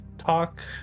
talk